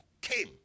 came